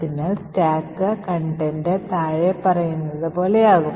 അതിനാൽ stack content താഴെ പറയുന്നത് പോലെയാകും